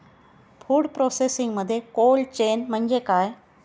Food प्रोसेसिंगमध्ये cold chain म्हणजे काय?